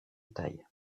taille